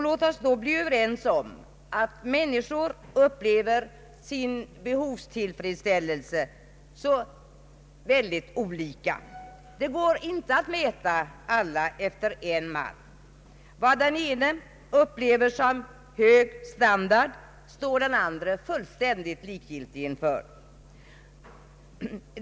Låt oss vara överens om att människor upplever sin behovstillfredsställelse så olika. Det går inte att mäta alla behov efter en mall. Vad den ene upplever som hög standard står den andre fullständigt likgiltig inför.